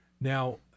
Now